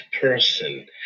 person